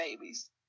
babies